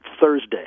Thursday